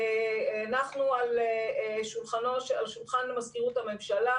הנחנו על שולחן מזכירות הממשלה,